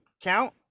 count